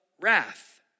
wrath